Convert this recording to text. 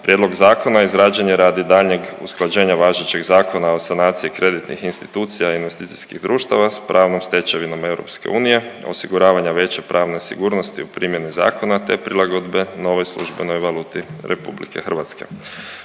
Prijedlog zakona izrađen je radi daljnje usklađenja važećeg Zakona o sanaciji kreditnih institucija i investicijskih društava s pravnom stečevinom EU, osiguravanja veće pravne sigurnosti u primjeni zakona te prilagodbe novoj službenoj valuti RH.